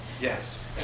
Yes